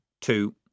two